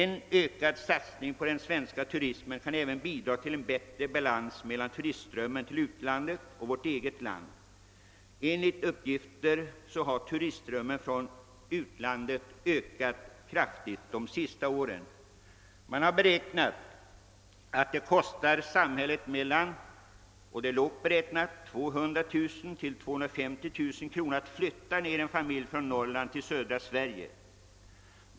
En ökad satsning på den svenska turismen kan även bidra till att skapa bättre balans mellan turistströmmen till utlandet och till vårt eget land. Enligt uppgift har turistströmmen från utlandet ökat kraftigt de senaste åren. Man har beräknat att det kostar samhället lågt räknat 200 000—250 000 kronor att flytta en familj från Norrland till södra Sverige.